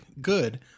good